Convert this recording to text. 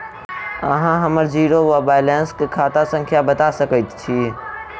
अहाँ हम्मर जीरो वा बैलेंस केँ खाता संख्या बता सकैत छी?